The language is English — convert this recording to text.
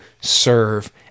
serve